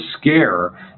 scare